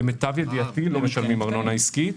למיטב ידיעתי, לא משלמים ארנונה עסקית.